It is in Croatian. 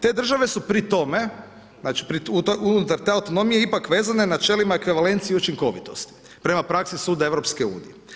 Te države su pri tome znači unutar te autonomije ipak vezane načelima ekvivalencije i učinkovitosti, prema praksi suda EU.